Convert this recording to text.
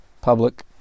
public